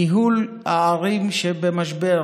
ניהול הערים שבמשבר,